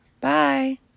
Bye